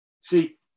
See